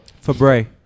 Fabre